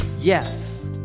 Yes